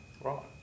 Right